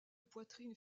poitrines